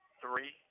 Three